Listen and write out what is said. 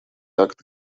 акты